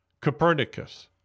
Copernicus